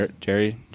Jerry